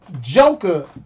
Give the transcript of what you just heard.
Joker